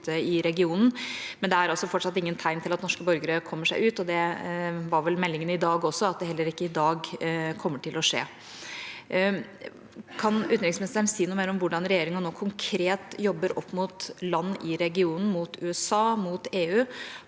men det er altså fortsatt ingen tegn til at norske borgere kommer seg ut. Det var vel meldingen i dag også, at det heller ikke i dag kommer til å skje. Kan utenriksministeren si noe mer om hvordan regjeringa nå konkret jobber opp mot land i regionen, mot USA og mot EU,